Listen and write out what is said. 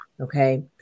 okay